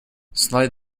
slide